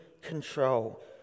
control